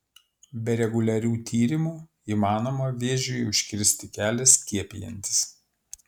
be reguliarių tyrimų įmanoma vėžiui užkirsti kelią skiepijantis